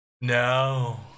No